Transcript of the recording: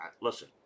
listen